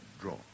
draw